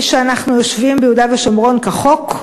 היא שאנחנו יושבים ביהודה ושומרון כחוק,